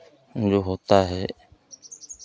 जो होता है